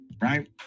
right